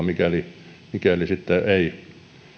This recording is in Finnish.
mikäli mikäli sitten ei